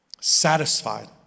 satisfied